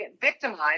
victimized